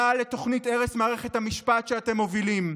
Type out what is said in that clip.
מעל לתוכנית הרס מערכת המשפט שאתם מובילים.